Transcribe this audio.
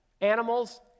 Animals